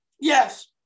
Yes